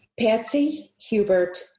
PatsyHubert